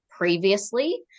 Previously